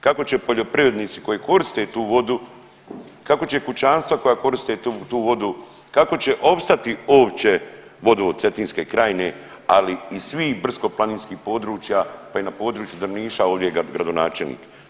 Kako će poljoprivrednici koji koriste tu vodu kako će kućanstva koja koriste tu vodu, kako će opstati uopće vodovod Cetinske krajine ali i svi brdsko-planinski područja pa i na području Drniša ovdje je gradonačelnik?